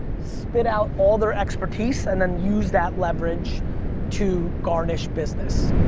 spit out all their expertise, and then use that leverage to garnish business.